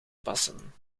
passen